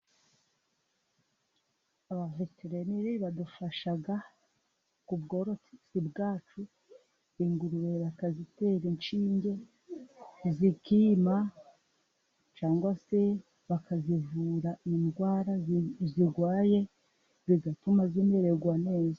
Abaveteleneri badufasha ku bworozi bwacu, ingurube bakazitera inshinge zikima, cyangwa se bakazivura indwara zirwaye, bigatuma zimerererwa neza.